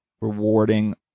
rewarding